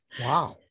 wow